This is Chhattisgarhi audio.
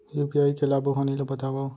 यू.पी.आई के लाभ अऊ हानि ला बतावव